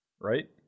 Right